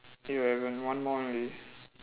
eleven one more only